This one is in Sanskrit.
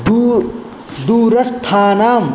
दूर् दूरस्थानां